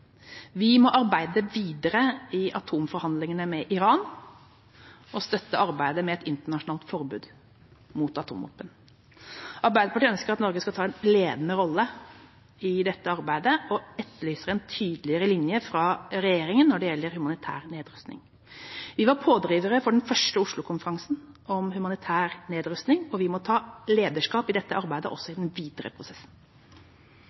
Vi må arbeide videre i atomforhandlingene med Iran og støtte arbeidet med et internasjonalt forbud mot atomvåpen. Arbeiderpartiet ønsker at Norge skal ta en ledende rolle i dette arbeidet, og etterlyser en tydeligere linje fra regjeringa når det gjelder humanitær nedrustning. Vi var pådrivere for den første Oslo-konferansen for humanitær nedrustning, og vi må ta lederskap i dette arbeidet også i den videre prosessen.